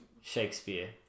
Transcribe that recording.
Shakespeare